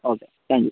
okay thank you